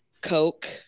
Coke